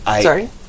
Sorry